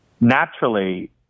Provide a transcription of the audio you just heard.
Naturally